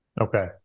Okay